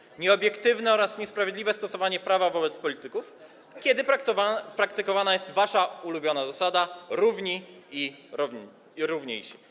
Jest to nieobiektywne oraz niesprawiedliwe stosowanie prawa wobec polityków, kiedy praktykowana jest wasza ulubiona zasada: równi i równiejsi.